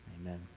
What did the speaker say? Amen